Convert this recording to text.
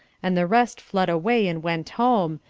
and the rest fled away and went home,